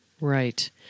Right